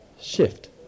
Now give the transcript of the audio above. shift